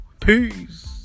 peace